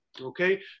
Okay